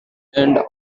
and